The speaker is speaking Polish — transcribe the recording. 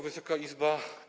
Wysoka Izbo!